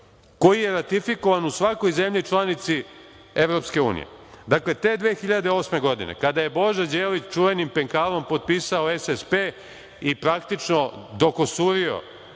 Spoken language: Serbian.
koji je ratifikovan u svakoj zemlji članici EU? Dakle, te 2008. godine, kada je Boža Đelić čuvenim penkalom potpisao SSP i praktično dokusurio